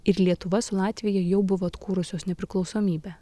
ir lietuva su latvija jau buvo atkūrusios nepriklausomybę